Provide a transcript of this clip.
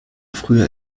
früher